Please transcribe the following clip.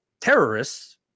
terrorists